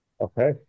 Okay